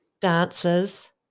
dancers